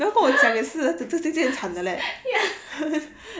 ya